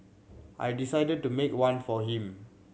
I decided to make one for him